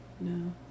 No